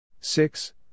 Six